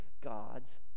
God's